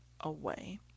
away